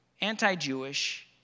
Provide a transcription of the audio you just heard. anti-Jewish